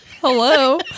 hello